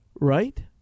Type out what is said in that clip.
right